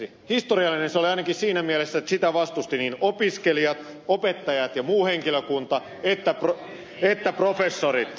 historiallinen se oli ainakin siinä mielessä että sitä vastustivat niin opiskelijat opettajat ja muu henkilökunta kuin professorit